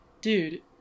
dude